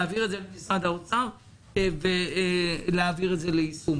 להעביר את זה למשרד האוצר ולהעביר את זה ליישום.